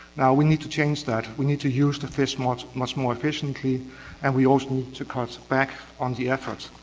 ah we need to change that, we need to use the fish much much more efficiently and we also need to cut back on the effort.